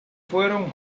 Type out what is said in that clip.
fueron